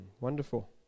wonderful